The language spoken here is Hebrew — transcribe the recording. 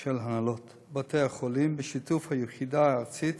של הנהלות בתי-החולים, בשיתוף היחידה הארצית